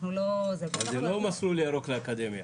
אבל זה לא מסלול ירוק לאקדמיה,